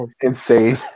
Insane